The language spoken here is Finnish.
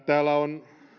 täällä on